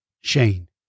shane